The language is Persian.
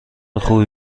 خوبی